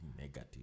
negative